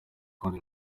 konti